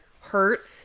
hurt